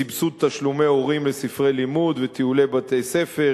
סבסוד תשלומי הורים על ספרי לימוד וטיולי בתי-ספר,